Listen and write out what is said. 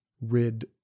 rid